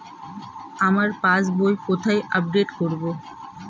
আমার পাস বই কোথায় আপডেট করব?